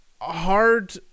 hard